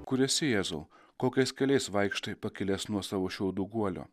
kur esi jėzau kokiais keliais vaikštai pakilęs nuo savo šiaudų guolio